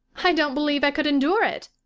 i don't believe i could endure it.